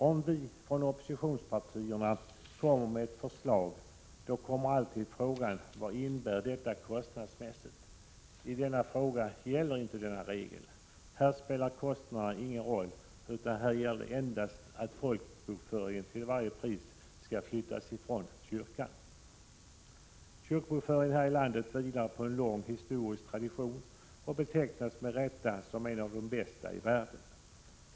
Om vi från oppositionspartierna kommer med förslag, då kommer alltid frågan: Vad innebär det kostnadsmässigt? I denna fråga gäller inte denna regel. Här spelar kostnaderna ingen roll, utan här gäller endast att folkbokföringen till varje pris skall flyttas från kyrkan. Kyrkobokföringen här i landet vilar på en lång historisk tradition och betecknas med rätta som en av de bästa i världen.